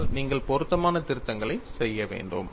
ஆனால் நீங்கள் பொருத்தமான திருத்தங்களை செய்ய வேண்டும்